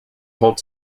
hold